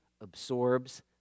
absorbs